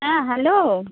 ᱦᱮᱸ ᱦᱮᱞᱳ